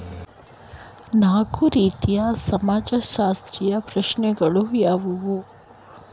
ನಾಲ್ಕು ರೀತಿಯ ಸಮಾಜಶಾಸ್ತ್ರೀಯ ಪ್ರಶ್ನೆಗಳು ಯಾವುವು?